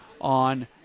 on